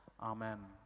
amen